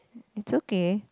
it's okay